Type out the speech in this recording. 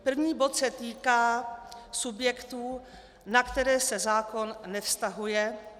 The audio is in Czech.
První bod se týká subjektů, na které se zákon nevztahuje.